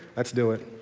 let's do it.